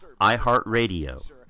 iHeartRadio